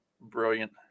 brilliant